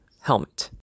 helmet